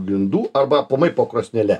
grindų arba aplamai po krosnele